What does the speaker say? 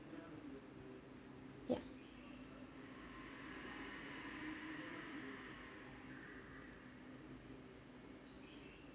yup